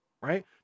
right